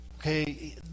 Okay